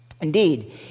Indeed